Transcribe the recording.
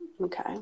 Okay